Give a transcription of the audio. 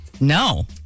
No